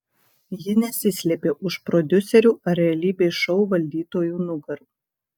ji nesislėpė už prodiuserių ar realybės šou valdytojų nugarų